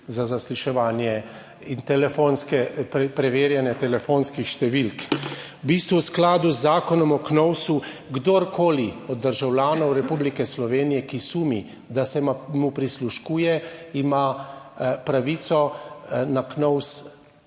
za zasliševanje in preverjanje telefonskih številk. V bistvu v skladu z Zakonom o KNOVS kdorkoli od državljanov Republike Slovenije, ki sumi, da se mu prisluškuje, ima pravico na KNOVS